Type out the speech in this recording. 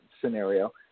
scenario